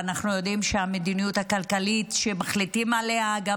ואנחנו יודעים שהמדיניות הכלכלית שמחליטים עליה גם